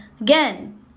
again